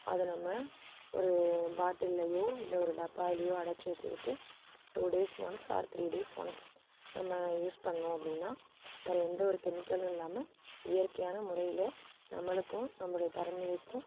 அதை நம்ம ஒரு பாட்டில்லையோ இல்லை டப்பாலையோ அடச்சு வச்சுக்கிட்டு two days once or three days once நம்ம யூஸ் பண்ணிணோம் அப்படின்னா வேறு எந்த ஒரு கெமிக்கலும் இல்லாமல் இயற்கையான முறையில் நம்மளுக்கும் நம்மளோட தலைமுறைக்கும்